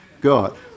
God